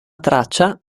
traccia